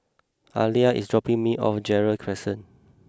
Alia is dropping me off Gerald Crescent